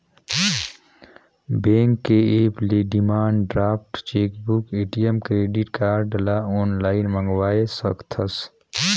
bank के app ले demand draft, chequebook, ATM, credit card ल आनलाइन मंगवाये सकथस